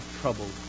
troubled